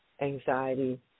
anxiety